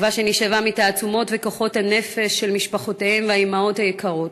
תקווה שנשאבה מתעצומות וכוחות הנפש של משפחותיהם והאימהות היקרות,